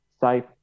safe